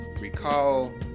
recall